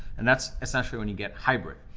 and that's essentially when you get hybrid.